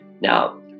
Now